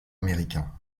américain